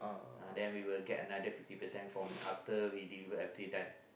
uh then we will get another fifty percent from after we did ever it done